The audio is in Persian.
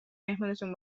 مهمونتون